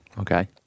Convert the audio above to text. Okay